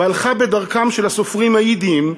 והלכה בדרכם של הסופרים היידיים,